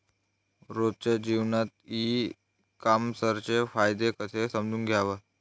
रोजच्या जीवनात ई कामर्सचे फायदे कसे समजून घ्याव?